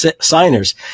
signers